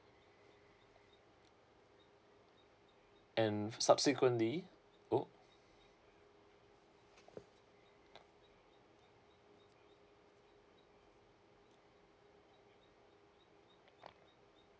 and subsequently oh